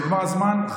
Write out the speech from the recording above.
נגמר הזמן.